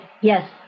yes